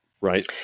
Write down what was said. right